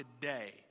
today